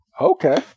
Okay